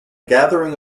gathering